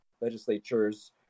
legislatures